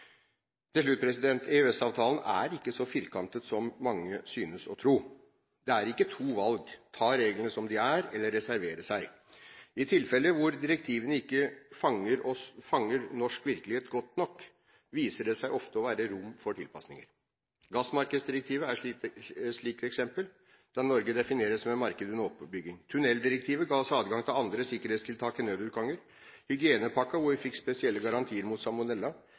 Til slutt: EØS-avtalen er ikke så firkantet som mange synes å tro. Det er ikke to valg: ta reglene som de er, eller reservere seg. I tilfeller hvor direktivene ikke fanger norsk virkelighet godt nok, viser det seg ofte å være rom for tilpasninger. Gassmarkedsdirektivet er et slikt eksempel, der Norge defineres som et marked under oppbygging. Andre eksempler er tunneldirektivet, som ga oss adgang til andre sikkerhetstiltak enn nødutganger, hygienepakken, hvor vi fikk spesielle garantier mot